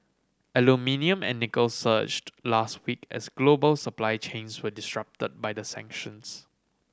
aluminium and nickel surged last week as global supply chains were disrupted by the sanctions